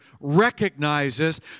recognizes